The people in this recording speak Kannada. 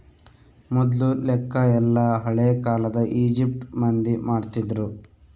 ಮೊದ್ಲು ಲೆಕ್ಕ ಎಲ್ಲ ಹಳೇ ಕಾಲದ ಈಜಿಪ್ಟ್ ಮಂದಿ ಮಾಡ್ತಿದ್ರು